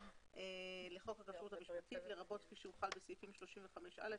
לחוק הכשרות המשפטית לרבות כפי שהוחל סעיפים 35א,